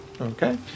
Okay